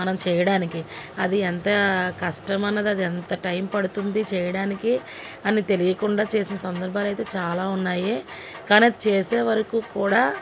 మనం చేయడానికి అది ఎంతా కష్టమన్నది అది ఎంత టైం పడుతుంది చేయడానికి అని తెలియకుండా చేసేన సందర్భాలైతే చాలా ఉన్నాయి కాని అది చేసేవరకు కూడా